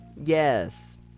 Yes